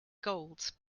gold